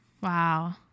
Wow